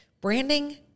branding